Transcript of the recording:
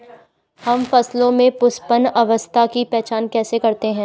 हम फसलों में पुष्पन अवस्था की पहचान कैसे करते हैं?